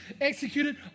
executed